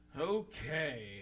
Okay